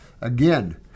again